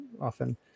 often